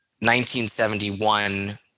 1971